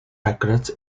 records